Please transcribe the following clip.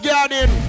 Garden